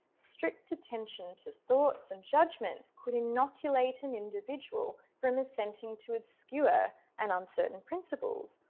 strict attention to thoughts and judgments could inoculate an individual from ascenting to obscure and uncertain principles.